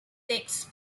takes